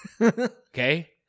Okay